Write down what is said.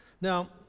now